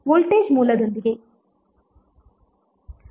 voltage ಮೂಲದೊಂದಿಗೆ